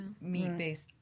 meat-based